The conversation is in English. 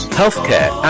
healthcare